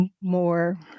more